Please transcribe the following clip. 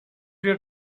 your